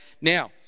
Now